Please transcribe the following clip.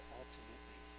ultimately